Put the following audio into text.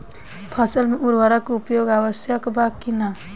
फसल में उर्वरक के उपयोग आवश्यक बा कि न?